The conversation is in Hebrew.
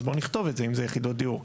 אז בואו נכתוב את זה אם זה יחידות דיור.